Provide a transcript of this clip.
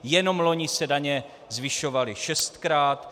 Jenom loni se daně zvyšovaly šestkrát.